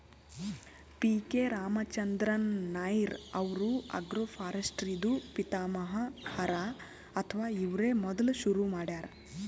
P K Ramachandran Nair ಅವ್ರು agroforestry ದೂ ಪಿತಾಮಹ ಹರಾ ಅಥವಾ ಇವ್ರೇ ಮೊದ್ಲ್ ಶುರು ಮಾಡ್ಯಾರ್